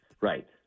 Right